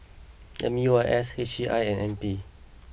M U I S H C I and N P